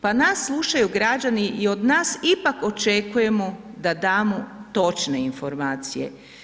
Pa nas slušaju građani i od nas ipak očekujemo da damo točne informacije.